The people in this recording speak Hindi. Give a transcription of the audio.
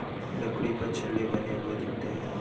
लकड़ी पर छल्ले बने हुए दिखते हैं